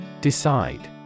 Decide